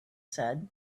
said